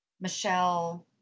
Michelle